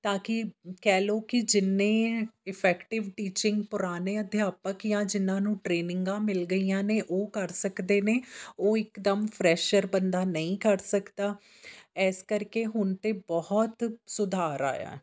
ਤਾਂ ਕਿ ਕਹਿ ਲਓ ਕਿ ਜਿੰਨੇ ਇਫੈਕਟਿਵ ਟੀਚਿੰਗ ਪੁਰਾਣੇ ਅਧਿਆਪਕ ਜਾਂ ਜਿਨ੍ਹਾਂ ਨੂੰ ਟ੍ਰੇਨਿੰਗਾਂ ਮਿਲ ਗਈਆਂ ਨੇ ਉਹ ਕਰ ਸਕਦੇ ਨੇ ਉਹ ਇਕਦਮ ਫਰੈਸ਼ਰ ਬੰਦਾ ਨਹੀਂ ਕਰ ਸਕਦਾ ਇਸ ਕਰਕੇ ਹੁਣ ਤਾਂ ਬਹੁਤ ਸੁਧਾਰ ਆਇਆ